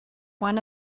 one